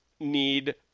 need